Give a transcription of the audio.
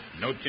No